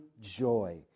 joy